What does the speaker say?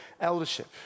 eldership